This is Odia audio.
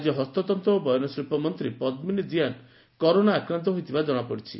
ରାଜ୍ୟ ହସ୍ତତ୍ତ ଓ ବୟନଶିଳ୍ ମନ୍ତୀ ପଦ୍ରିନୀ ଦିଆନ୍ କରୋନା ଆକ୍ରାନ୍ତ ହୋଇଥିବା ଜଶାପଡିଛି